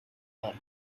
her